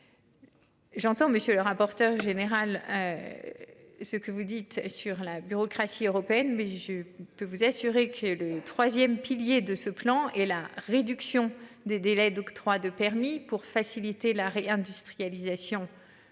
J'entends monsieur le rapporteur général. Ce que vous dites sur la bureaucratie européenne, mais je peux vous assurer que le 3ème pilier de ce plan et la réduction des délais d'octroi de permis pour faciliter la réindustrialisation de